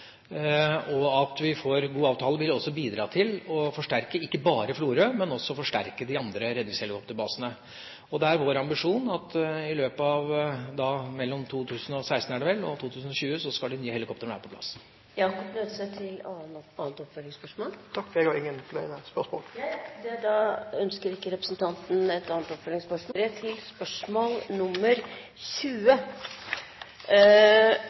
og at vi får gode avtaler, også vil bidra til å forsterke – ikke bare Florø – men også de andre redningshelikopterbasene. Det er vår ambisjon at i løpet av 2016, er det vel, og 2020 skal de nye helikoptrene være på plass. Eg har ikkje fleire spørsmål. Vi går nå videre til spørsmål 20. Spørsmålet er opprinnelig stilt av representanten Harald T. Nesvik til